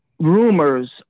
Rumors